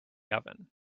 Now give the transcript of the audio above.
oven